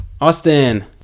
Austin